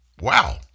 wow